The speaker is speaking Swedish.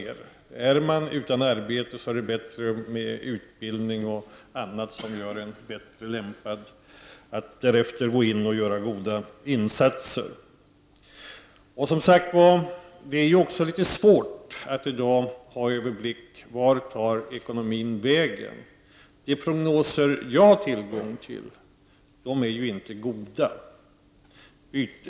För den som är utan arbete är utbildning m.m. bättre, för att han skall bli mer lämpad att gå in och göra goda insatser. Det är litet svårt att i dag få en överblick över ekonomin. De prognoser som jag har tillgång till är inte goda.